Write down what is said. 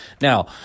Now